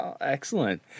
excellent